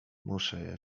jeszcze